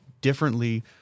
differently